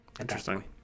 Interesting